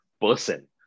person